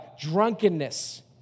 drunkenness